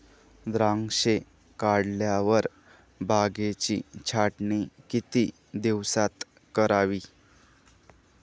द्राक्षे काढल्यावर बागेची छाटणी किती दिवसात करावी?